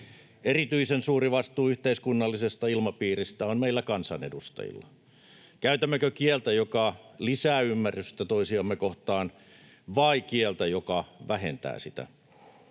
Erityisen suuri vastuu yhteiskunnallisesta ilmapiiristä on meillä kansanedustajilla. Käytämmekö kieltä, joka lisää ymmärrystä toisiamme kohtaan, vai kieltä, joka vähentää sitä?